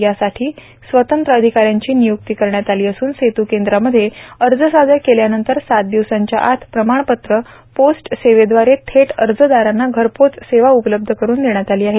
यासाठी स्वतंत्र अधिकाऱ्यांची नियुक्त करण्यात आली असन सेतू केंद्रामध्ये अर्ज सादर केल्यानंतर सात दिवसांच्या आत प्रमाणपत्र पोस्ट सेवेद्वारे थेट अर्जदारांना घरपोच सेवा उपलब्ध करून देण्यात आली आहे